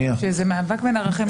זה מאבק בין ערכים.